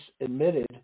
admitted